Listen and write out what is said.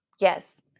Yes